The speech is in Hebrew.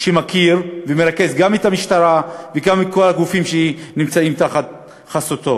שמכיר ומרכז גם את המשטרה וגם את כל הגופים שנמצאים תחת חסותו.